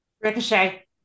Ricochet